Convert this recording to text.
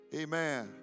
Amen